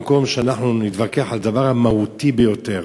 במקום שנתווכח על הדבר המהותי ביותר,